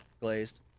glazed